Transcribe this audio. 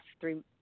three